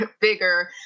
Bigger